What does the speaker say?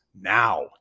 now